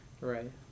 Right